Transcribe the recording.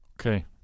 okay